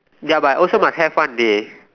ya but also must have fun dey